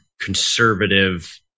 conservative